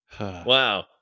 Wow